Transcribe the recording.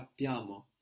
sappiamo